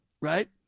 Right